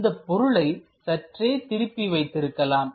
இந்தப் பொருளை சற்றே திருப்பி வைத்திருக்கலாம்